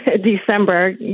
December